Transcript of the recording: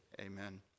Amen